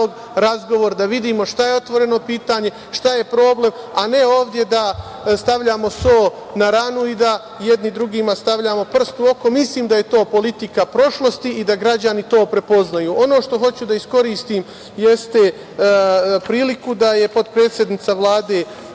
da vidimo šta je otvoreno pitanje, šta je problem, a ne ovde da stavljamo so na ranu i da jedni drugima stavljamo prst u oko. Mislim da je to politika prošlosti i da građani to prepoznaju. Ono što hoću da iskoristim jeste priliku da je potpredsednica Vlade